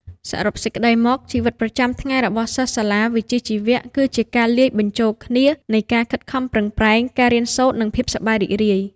សរុបសេចក្តីមក ជីវិតប្រចាំថ្ងៃរបស់សិស្សសាលាវិជ្ជាជីវៈគឺជាការលាយបញ្ចូលគ្នានៃការខិតខំប្រឹងប្រែង ការរៀនសូត្រ និងភាពសប្បាយរីករាយ។